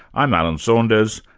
i'm alan saunders,